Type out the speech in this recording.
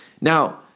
Now